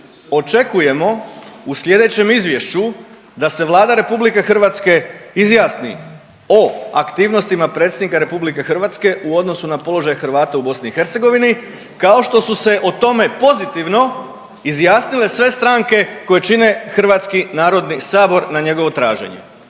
očekujemo u sljedećem izvješću da se Vlada Republike Hrvatske izjasni o aktivnostima predsjednika Republike Hrvatske u odnosu na položaj Hrvata u BiH kao što su se o tome pozitivno izjasnile sve stranke koje čine Hrvatski narodni sabor na njegovo traženje,